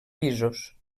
pisos